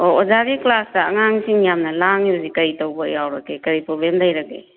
ꯑꯣ ꯑꯣꯖꯥꯒꯤ ꯀ꯭ꯂꯥꯁꯇ ꯑꯉꯥꯡꯁꯤꯡ ꯌꯥꯝꯅ ꯂꯥꯡꯉꯤꯕꯁꯤ ꯀꯔꯤ ꯇꯧꯕ ꯌꯥꯎꯔꯒꯦ ꯀꯔꯤ ꯄ꯭ꯔꯣꯕ꯭ꯂꯦꯝ ꯂꯩꯔꯒꯦ